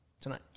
Tonight